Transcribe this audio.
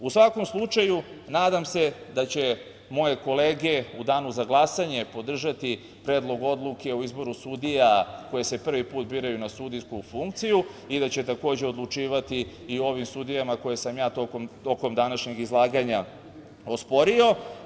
U svakom slučaju, nadam se da će moje kolege u Danu za glasanje podržati Predlog odluke o izboru sudija koje se prvi put biraju na sudijsku funkciju i da će takođe odlučivati i o ovim sudijama koje sam ja tokom današnjeg izlaganja osporio.